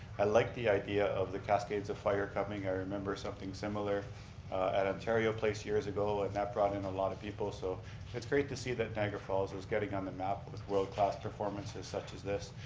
i like the idea of the cascades of fire coming. i remember something similar at ontario place years ago and that brought in a lot of people so it's great to see that niagara falls is getting on the map with world-class performances such as this,